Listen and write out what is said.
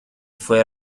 fue